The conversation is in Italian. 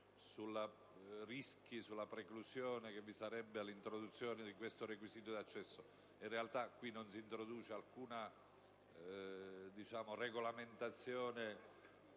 sulla preclusione che vi sarebbe all'introduzione di questo accesso. In realtà, in questo caso, non si introduce alcuna regolamentazione